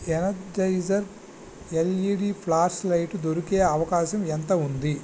Energizer LED flashlight దొరికే అవకాశం ఎంత ఉంది